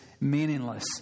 meaningless